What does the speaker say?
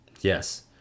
Yes